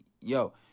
yo